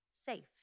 Safe